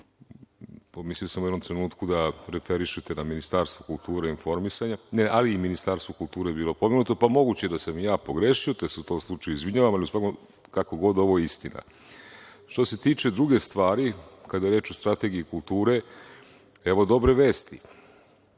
pomislio sam u jednom trenutku da preferišete na Ministarstvo kulture i informisanja, ali i Ministarstvo kulture je bilo pomenuto, pa moguće da sam i ja pogrešio, te se u tom slučaju izvinjavam, ali, kako god, ovo je istina. Što se tiče druge stvari, kada je reč o strategiji kulture, evo dobre vesti.